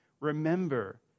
Remember